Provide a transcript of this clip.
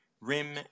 rim